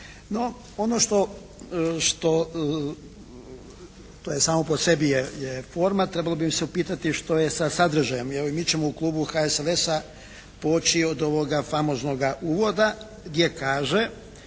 što, što, to je samo po sebi je forma trebalo bi se upitati što je sa sadržajem i mi ćemo u Kluba HSLS-a poći od ovoga famoznoga uvoda gdje kaže